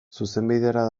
zuzenbidera